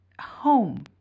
home